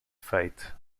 fate